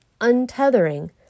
untethering